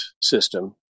system